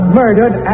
murdered